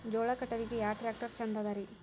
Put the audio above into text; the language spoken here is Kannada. ಜೋಳ ಕಟಾವಿಗಿ ಯಾ ಟ್ಯ್ರಾಕ್ಟರ ಛಂದದರಿ?